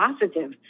positive